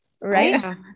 right